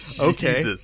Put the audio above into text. Okay